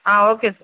okay sir